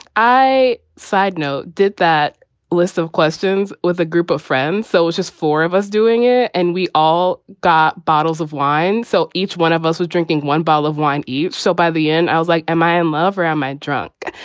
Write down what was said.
i side note. did that list of questions with a group of friends, so was just four of us doing it and we all got bottles of wine so each one of us was drinking one bottle of wine each. so by the end i was like, am i am of or am i drunk?